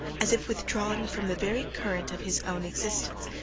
as if withdrawn from the very current of his own existence,